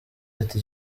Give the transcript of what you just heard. ati